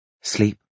Sleep